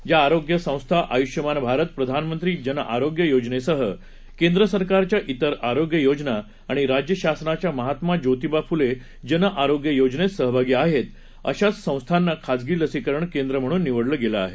ज्या आरोग्य संस्था आयुष्मान भारत प्रधानमंत्री जन आरोग्य योजनेसह केंद्र सरकारच्या इतर आरोग्य योजना आणि राज्य शासनाच्या महात्मा जोतिबा फुले जन आरोग्य योजनेत सहभागी आहेत अशाच संस्थांना खाजगी लसीकरण केंद्र म्हणून निवडलं गेलं आहे